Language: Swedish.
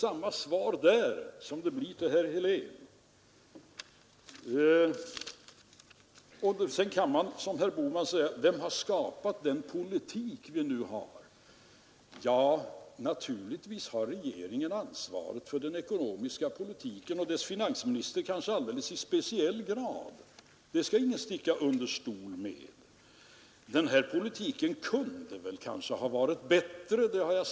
Samtidigt visar det emellertid att i den filosofi, den religion om decentraliseringens välsignelse, som centerpartiet för fram som sitt politiska budskap och begär att andra skall rätta sig efter, förbehåller man sig rätten att göra undantag för egen räkning.